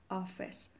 office